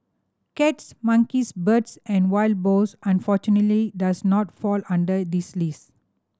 cats monkeys birds and wild boars unfortunately does not fall under this list